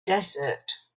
desert